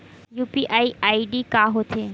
UPI ID का होथे?